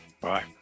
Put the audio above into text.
Bye